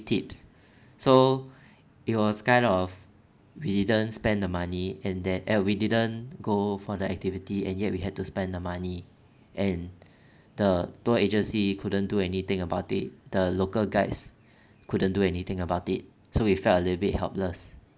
tips so it was kind of we didn't spend the money and then eh we didn't go for the activity and yet we had to spend the money and the tour agency couldn't do anything about it the local guides couldn't do anything about it so we felt a little bit helpless